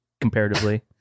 Comparatively